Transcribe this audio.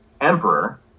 emperor